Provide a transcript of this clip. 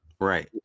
Right